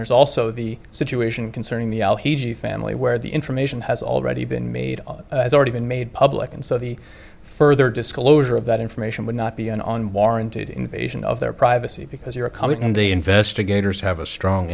there's also the situation concerning the family where the information has already been made already been made public and so the further disclosure of that information would not be an on warranted invasion of their privacy because you're a comic and the investigators have a strong